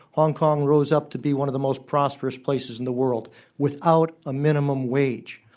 hong kong rose up to be one of the most prosperous places in the world without a minimum wage.